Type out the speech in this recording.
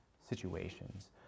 situations